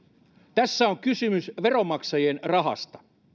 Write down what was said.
tässä on kysymys veronmaksajien rahasta